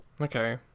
okay